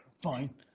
fine